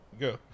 Go